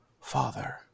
Father